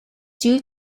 due